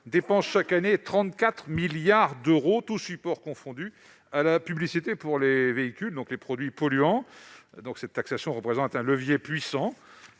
dépensent chaque année 34 milliards d'euros, tous supports confondus, à la publicité pour les véhicules, donc pour des produits polluants. Cette taxation représenterait un levier puissant